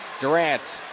Durant